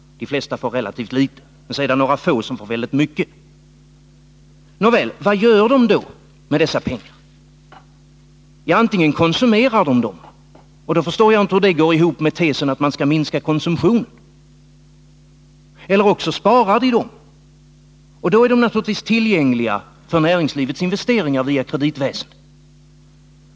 De flesta får relativt litet, men några få får väldigt mycket. Vad gör de då med dessa pengar? Antingen konsumerar de dem — och jag förstår inte hur det går ihop med tesen att man skall minska konsumtionen — eller också sparar de dem, och då är de naturligtvis tillgängliga för näringslivets investeringar i ett kreditväsende.